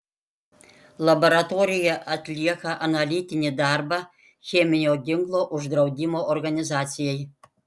laboratorija atlieka analitinį darbą cheminio ginklo uždraudimo organizacijai